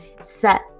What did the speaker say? set